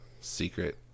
secret